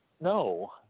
no